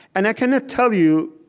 and i cannot tell you,